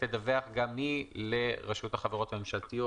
תדווח גם היא לרשות החברות הממשלתיות.